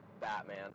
Batman